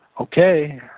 Okay